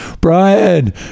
Brian